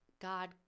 God